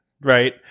Right